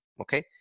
okay